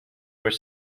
were